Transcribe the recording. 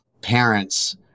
parents